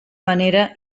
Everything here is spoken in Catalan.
manera